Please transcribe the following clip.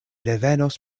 revenos